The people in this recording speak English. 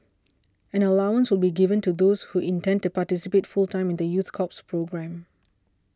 an allowance will be given to those who intend to participate full time in the youth corps programme